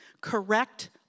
Correct